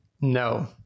No